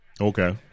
okay